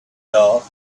thought